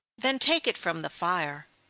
then take it from the fire.